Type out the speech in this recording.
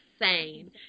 insane